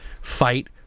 fight